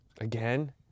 again